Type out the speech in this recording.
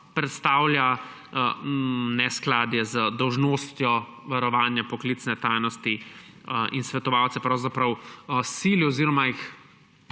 predstavlja neskladje z dolžnostjo varovanja poklicne tajnosti in svetovalce sili oziroma od